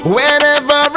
Whenever